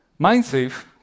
Mindsafe